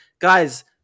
guys